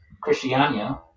Christiania